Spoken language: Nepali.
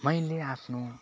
मैले आफ्नो